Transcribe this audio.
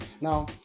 Now